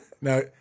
No